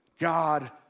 God